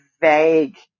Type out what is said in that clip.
vague